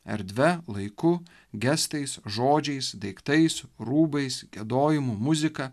erdve laiku gestais žodžiais daiktais rūbais giedojimu muzika